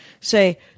say